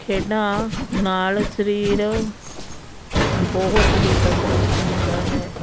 ਖੇਡਾਂ ਨਾਲ ਸਰੀਰ ਬਹੁਤ ਹੀ ਤੰਦਰੁਸਤ ਹੁੰਦਾ ਹੈ